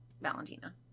Valentina